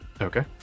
Okay